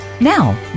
Now